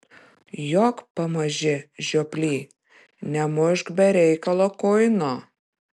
jok pamaži žioply nemušk be reikalo kuino